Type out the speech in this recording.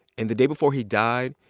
and the day before he died,